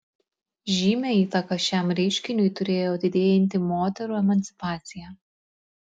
žymią įtaką šiam reiškiniui turėjo didėjanti moterų emancipacija